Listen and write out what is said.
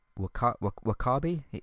wakabi